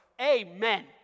amen